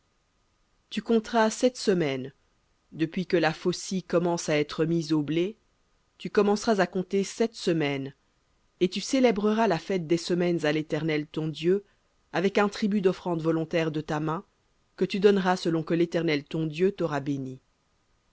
tu compteras sept semaines depuis que la faucille commence à être mise aux blés tu commenceras à compter sept semaines et tu célébreras la fête des semaines à l'éternel ton dieu avec un tribut d'offrande volontaire de ta main que tu donneras selon que l'éternel ton dieu t'aura béni